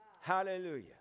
Hallelujah